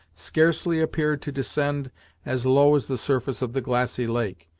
scarcely appeared to descend as low as the surface of the glassy lake,